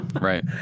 Right